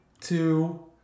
two